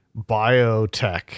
biotech